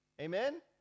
Amen